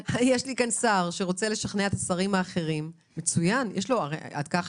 אף על פי